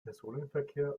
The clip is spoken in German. personenverkehr